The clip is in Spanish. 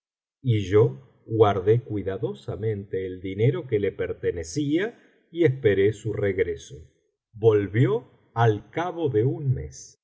y yo guarde cuidadosamente el dinero que le pertenecía y esperé su regreso volvió al cabo de un mes